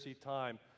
time